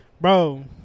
bro